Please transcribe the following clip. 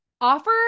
offer